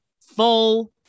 full